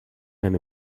and